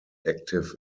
active